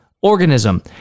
organism